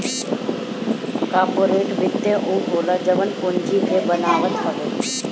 corporate वित्त उ होला जवन पूंजी जे बनावत हवे